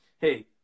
hey